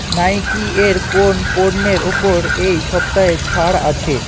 Nike এর কোন পণ্যের ওপর এই সপ্তাহে ছাড় আছে